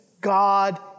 God